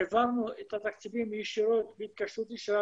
העברנו את התקציבים ישירות בהתקשרות ישירה